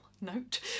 note